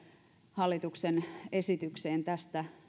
hallituksen esitykseen tästä